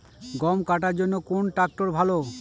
গম কাটার জন্যে কোন ট্র্যাক্টর ভালো?